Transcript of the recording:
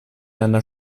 einer